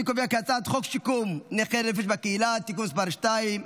אני קובע כי הצעת חוק שיקום נכי נפש בקהילה (תיקון מס' 2),